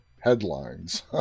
headlines